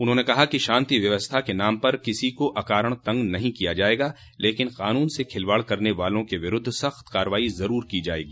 उन्होने कहा कि शान्ति व्यवस्था के नाम पर किसी को अकारण तंग नहीं किया जायेगा लेकिन कानून से खिलवाड़ करने वालो के विरूद्व सख़्त कार्यवाही जरूर की जायेगी